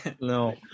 No